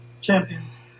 champions